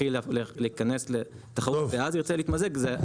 יתחיל להיכנס לתחרות ואז הוא ירצה להתמזג זה לא ישפיע.